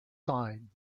sign